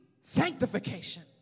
sanctification